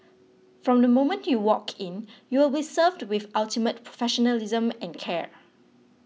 from the moment you walk in you will be served with ultimate professionalism and care